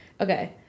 Okay